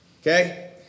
Okay